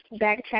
backtrack